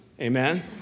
Amen